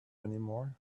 anymore